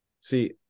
See